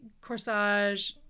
corsage